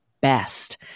best